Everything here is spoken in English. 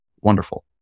Wonderful